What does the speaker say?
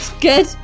Good